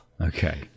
Okay